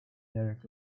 derek